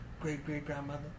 great-great-grandmother